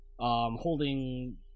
Holding